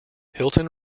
hilton